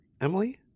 Emily